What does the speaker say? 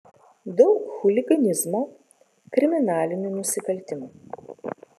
daug chuliganizmo kriminalinių nusikaltimų